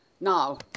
Now